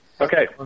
Okay